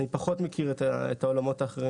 אני פחות מכיר את העולמות האחרים.